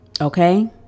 Okay